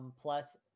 plus